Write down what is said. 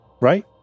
Right